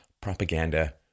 Propaganda